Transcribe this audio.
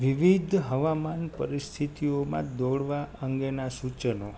વિવિધ હવામાન પરિસ્થિતિઓમાં દોડવા અંગેના સૂચનો